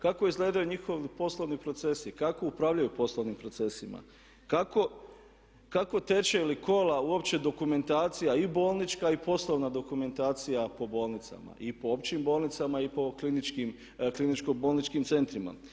Kako izgledaju njihovi poslovni procesi, kako upravljaju poslovnim procesima, kako teče ili kola uopće dokumentacija i bolnička i poslovna dokumentacija po bolnicama i po općim bolnicama i po kliničkim bolničkim centrima.